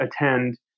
attend